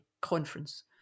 conference